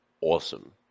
awesome